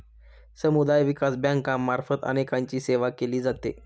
समुदाय विकास बँकांमार्फत अनेकांची सेवा केली जाते